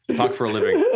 talk for a living.